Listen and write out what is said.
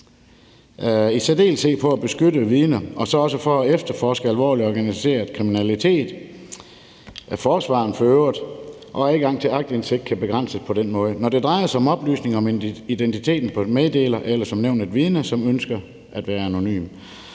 i særdeleshed på at beskytte vidner, og så også at efterforske alvorlig organiseret kriminalitet, af forsvareren for øvrigt. Adgangen til aktindsigt kan begrænses på den måde, når det drejer sig om oplysning om identiteten på en meddeler eller som nævnt et vidne, som ønsker at være anonym.